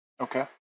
Okay